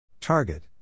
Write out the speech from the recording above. target